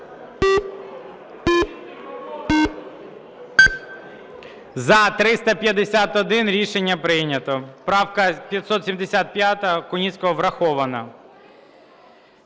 За-351 Рішення прийнято. Правка 575 Куницького врахована.